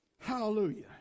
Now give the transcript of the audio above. Hallelujah